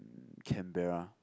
Canberra